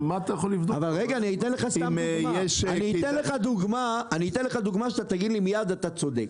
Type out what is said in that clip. אני אתן לך דוגמה, ומייד תגיד לי שאני צודק.